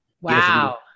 Wow